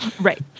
Right